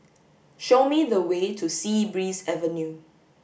show me the way to Sea Breeze Avenue